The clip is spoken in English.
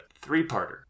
three-parter